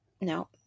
no